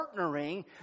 partnering